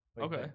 Okay